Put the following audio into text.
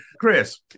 Chris